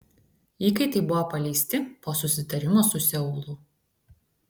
įkaitai buvo paleisti po susitarimo su seulu